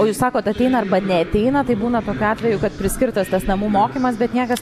o jūs sakot ateina arba neateina taip būna tokių atvejų kad priskirtas tas namų mokymas bet niekas